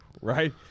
Right